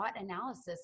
analysis